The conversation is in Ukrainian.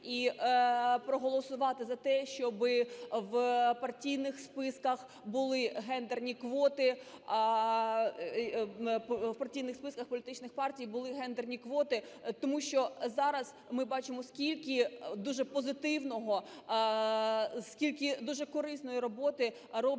і проголосувати за те, щоб в партійних списках були гендерні квоти, у партійних списках політичних партій були гендерні квоти. Тому що зараз ми бачимо, скільки дуже позитивного, скільки дуже корисної роботи роблять